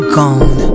gone